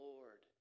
Lord